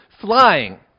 flying